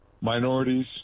minorities